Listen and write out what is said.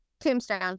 Tombstone